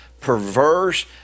perverse